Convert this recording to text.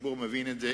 הציבור מבין את זה,